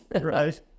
Right